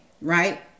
right